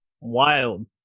wild